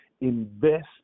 invest